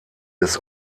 des